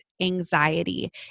Anxiety